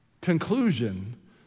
conclusion